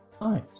Nice